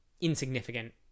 insignificant